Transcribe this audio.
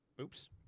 Oops